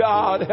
God